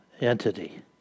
entity